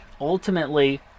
ultimately